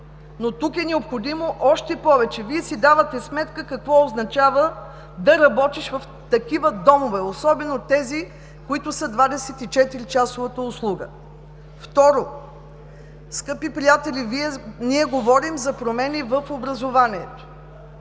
но тук е необходимо още повече. Вие си давате сметка какво означава да работиш в такива домове, особено тези, които са за 24-часовата услуга. Второ, скъпи приятели, говорим за промени в образованието.